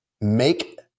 make